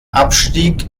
abstieg